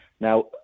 Now